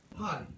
Hi